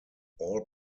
all